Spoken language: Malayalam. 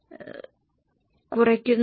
ഇത് 29 43 ആണെന്ന് നിരീക്ഷിക്കുക